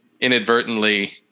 inadvertently